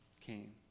came